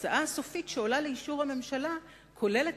וההצעה הסופית שעולה לאישור הממשלה כוללת